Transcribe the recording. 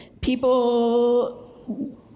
people